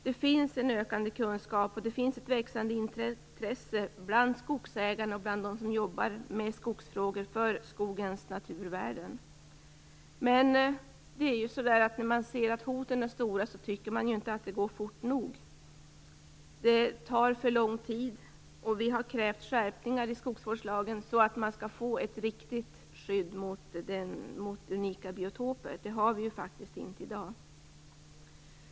Det finns en ökande kunskap och ett växande intresse bland skogsägare och bland dem som jobbar med skogsfrågor för skogens naturvärden. Men när man ser att hoten är stora tycker man inte att det går fort nog. Det tar för lång tid, och vi har krävt skärpningar i skogsvårdslagen för att få ett riktigt skydd mot unika biotoper. Det finns inte i dag.